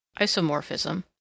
isomorphism